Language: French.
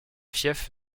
fief